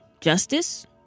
Justice